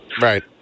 right